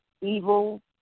evil